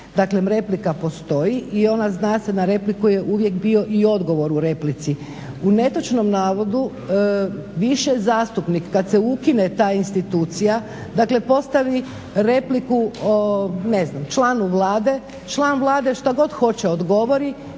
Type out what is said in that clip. Dakle replika postoji i zna se na repliku je uvijek bio i odgovor u replici. U netočnom navodu više zastupnik kad se ukine ta institucija dakle postavi repliku članu Vlade, član Vlade šta god hoće odgovori,